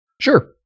Sure